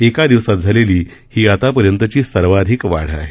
एका दिवसात झालेली ही आतापर्यंतची सर्वाधिक वाढ आहे